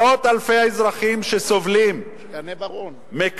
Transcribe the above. מאות אלפי האזרחים שסובלים מהפסדים,